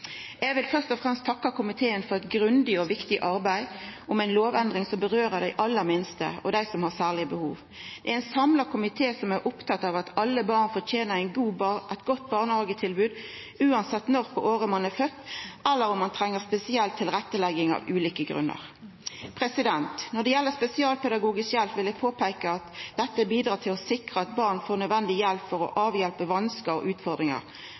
Eg vil fyrst og fremst takka komiteen for eit grundig og viktig arbeid med ei lovendring som gjeld dei aller minste og dei som har særlege behov. Det er ein samla komité som er opptatt av at alle barn fortener eit godt barnehagetilbod, uansett når på året ein er fødd eller om ein treng spesiell tilrettelegging av ulike grunner. Når det gjeld spesialpedagogisk hjelp, vil eg påpeika at dette bidrar til å sikra at barn får nødvendig hjelp for å avhjelpa vanskar og utfordringar,